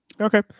Okay